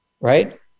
right